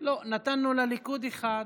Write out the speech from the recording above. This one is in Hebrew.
נתנו לליכוד אחד,